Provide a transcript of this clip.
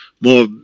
more